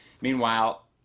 Meanwhile